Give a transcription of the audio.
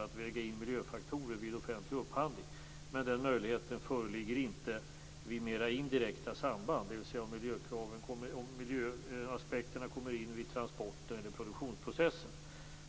att väga in miljöfaktorer vid offentlig upphandling. Men den möjligheten föreligger inte vid mera indirekta samband, dvs. om miljöaspekterna kommer in vid transport eller i produktionsprocessen.